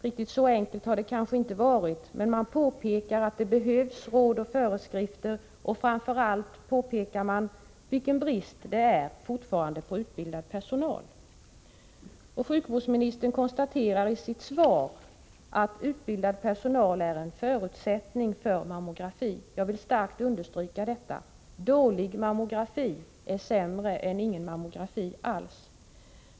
Riktigt så enkelt har det kanske inte varit, men man påpekar att det behövs råd och föreskrifter, och framför allt påpekar man vilken brist det fortfarande är på utbildad personal. Sjukvårdsministern konstaterar i sitt svar att utbildad personal är en förutsättning för mammografi. Jag vill starkt understryka detta: Dålig mammografi är sämre än ingen mammografi alls.